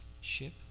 ship